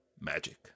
magic